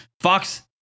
Fox